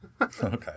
Okay